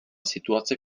situace